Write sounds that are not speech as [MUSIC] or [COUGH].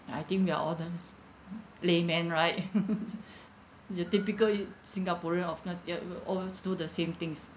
ya I think we are all done ah layman right [LAUGHS] the typically singaporean of course they'll all do the same things